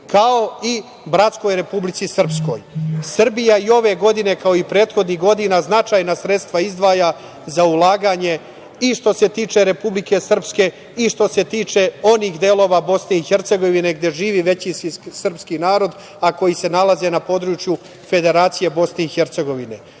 kao i bratskoj Republici Srpskoj. Srbija i ove godine kao i prethodnih godina značajna sredstva izdvaja za ulaganje i što se tiče Republike Srpske, i što se tiče onih delova BiH gde živi većinski srpski narod, a koji se nalaze na području Federacije BiH.Naravno,